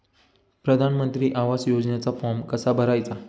प्रधानमंत्री आवास योजनेचा फॉर्म कसा भरायचा?